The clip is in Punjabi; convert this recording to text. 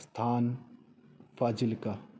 ਸਥਾਨ ਫਾਜ਼ਿਲਕਾ